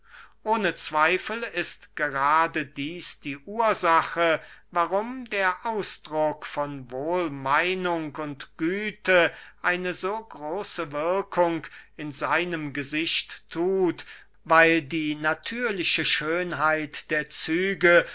ohne zweifel ist gerade dieß die ursache warum der ausdruck von wohlmeinung und güte eine so große wirkung in seinem gesichte thut weil die natürliche schönheit der züge